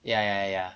ya ya ya